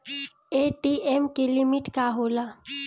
ATM की limit का होला?